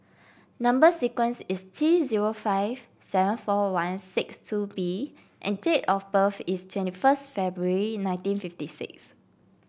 number sequence is T zero five seven four one six two B and date of birth is twenty first February nineteen fifty six